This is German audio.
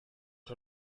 der